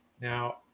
now